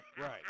Right